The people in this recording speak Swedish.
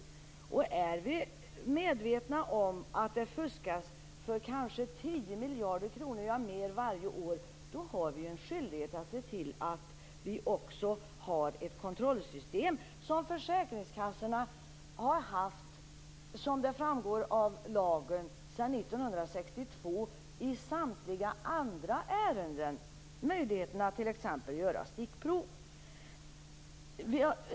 Är vi medvetna om att det fuskas för kanske mer än 10 miljarder kronor varje år har vi en skyldighet att se till att vi också har ett kontrollsystem. Som framgår av lagen har ju försäkringskassorna haft ett sådant system sedan 1962 i samtliga andra ärenden. Det gäller möjligheten att t.ex. göra stickprov.